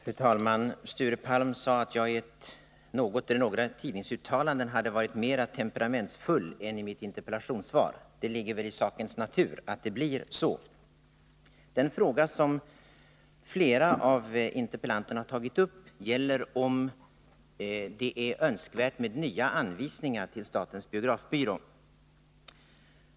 Fru talman! Sture Palm sade att jag i något eller några tidningsuttalanden hade varit mera temperamentsfull än i mitt interpellationssvar. Det ligger väl i sakens natur att det blir så. Den fråga som flera av interpellanterna tagit upp gäller om det är önskvärt med nya anvisningar till statens biografbyrå.